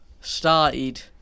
started